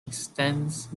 extends